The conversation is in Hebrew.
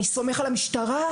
אני סומך על המשטרה,